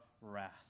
wrath